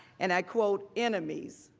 and i quote, enemies.